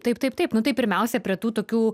taip taip taip nu tai pirmiausia prie tų tokių